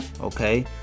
okay